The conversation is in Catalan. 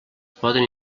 poden